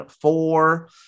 four